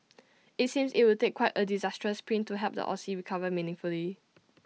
IT seems IT would take quite A disastrous print to help the Aussie recover meaningfully